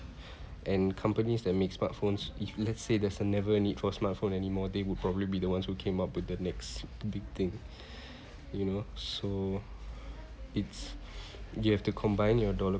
and companies that make smartphones if let's say there's never a need for smartphone anymore they would probably be the ones who came up with the next big thing you know so it's you have to combine your dollar